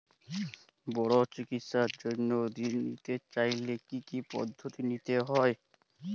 বড় চিকিৎসার জন্য ঋণ নিতে চাইলে কী কী পদ্ধতি নিতে হয়?